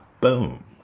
Boom